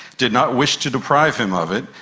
did not wish to deprive him of it,